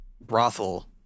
brothel